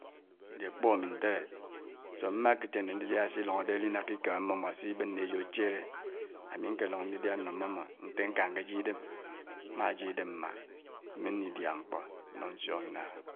. nè ékpu ámi ntèdè, so mmá kè chè nè ndidiá sĩ lóngó dè èlĩ dáká ikèm ámmò mò, so bén né éyò áchièlè ámi nkè lòng ndidiá nó mmòmò ntè nkà nkè jiè idèm, má jié idèm mmá ámi ndidiá mkpò nuk nsuk nná